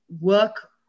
work